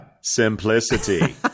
simplicity